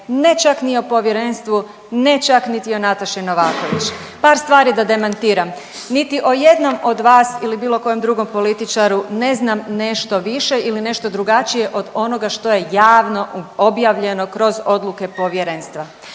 Ne čak ni o povjerenstvu, ne čak niti o Nataši Novaković. Par stvari da demantiram. Niti o jednom od vas ili bilo kojem političaru ne znam nešto više ili nešto drugačije od onoga što je javno objavljeno kroz odluke povjerenstva.